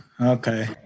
okay